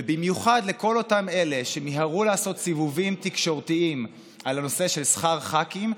ובמיוחד לכל אלה שמיהרו לעשות סיבובים תקשורתיים על נושא שכר הח"כים,